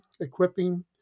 equipping